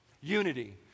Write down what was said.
Unity